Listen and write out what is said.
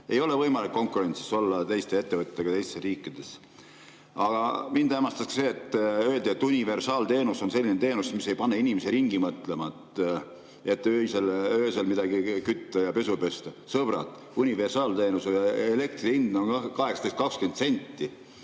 Ei ole võimalik konkurentsis olla teiste riikide ettevõtetega. Aga mind hämmastas see, et öeldi, et universaalteenus on selline teenus, mis ei pane inimesi ringi mõtlema, et öösel midagi kütta või pesu pesta. Sõbrad, universaalteenuse elektrihind on 18–20 senti!